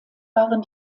waren